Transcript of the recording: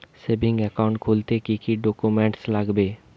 Savings account খুলতে কি কি ডকুমেন্টস লাগবে?